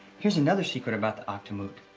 here's another secret about the akdamut.